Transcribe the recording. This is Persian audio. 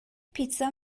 پیتزا